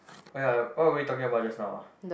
oh ya what were we talking about just now